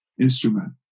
instrument